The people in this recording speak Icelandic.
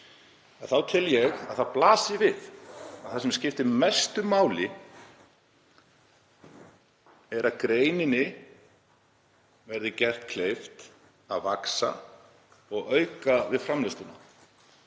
þá tel ég að það blasi við að það sem skiptir mestu máli sé að greininni verði gert kleift að vaxa og auka við framleiðsluna.